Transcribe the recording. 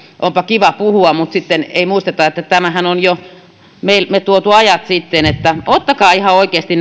onpa kiva puhua mutta sitten ei muisteta että tämänhän me olemme tuoneet esille jo ajat sitten ottakaa ihan oikeasti